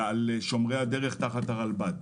לשומרי הדרך תחת הרלב"ד.